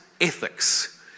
ethics